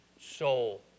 soul